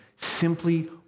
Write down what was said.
simply